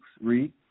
Read